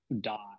dot